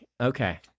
Okay